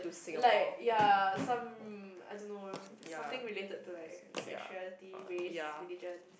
like ya some I don't know something related to like sexuality race religion